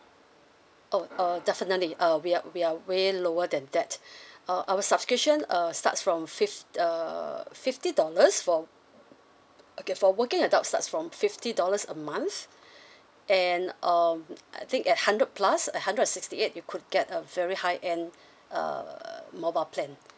oh uh definitely uh we are we are way lower than that uh our subscription err starts from fif~ uh fifty dollars for okay for working adults starts from fifty dollars a month and um I think at hundred plus at hundred and sixty eight you could get a very high end err mobile plan